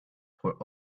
for